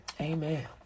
Amen